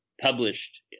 published